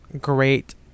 great